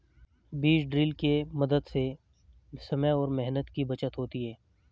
बीज ड्रिल के मदद से समय और मेहनत की बचत होती है